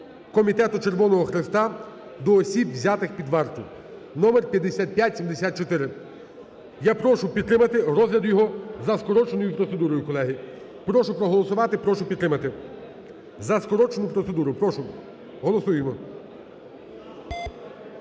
Комітету Червоного Хреста до осіб, взятих під варту (номер 5574). Я прошу підтримати розгляд його за скороченою процедурою, колеги. Прошу проголосувати, прошу підтримати за скорочену процедуру. Прошу. Голосуємо.